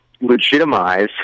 legitimize